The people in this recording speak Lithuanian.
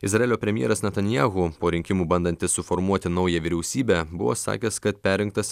izraelio premjeras netanyahu po rinkimų bandantis suformuoti naują vyriausybę buvo sakęs kad perrinktas